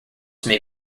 may